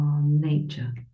nature